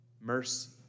mercy